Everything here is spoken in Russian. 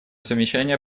замечания